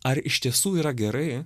ar iš tiesų yra gerai